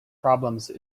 problems